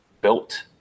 built